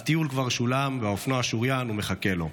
הטיול כבר שולם, והאופנוע שוריין ומחכה לו.